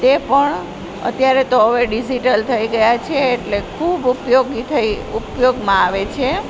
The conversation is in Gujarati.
તે પણ અત્યારે તો હવે ડિઝિટલ થઈ ગયા છે એટલે ખૂબ ઉપયોગી થઈ ઉપયોગમાં આવે છે